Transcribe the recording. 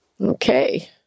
Okay